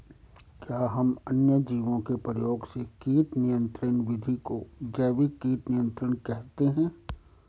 क्या हम अन्य जीवों के प्रयोग से कीट नियंत्रिण विधि को जैविक कीट नियंत्रण कहते हैं?